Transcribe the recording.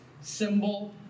symbol